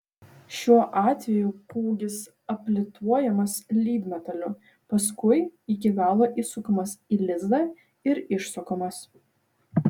šiuo atveju kūgis aplituojamas lydmetaliu paskui iki galo įsukamas į lizdą ir išsukamas